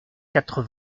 quatre